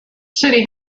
city